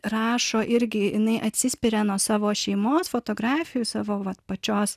rašo irgi jinai atsispiria nuo savo šeimos fotografijų savo vat pačios